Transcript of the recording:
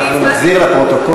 אנחנו נחזיר את זה לפרוטוקול.